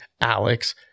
Alex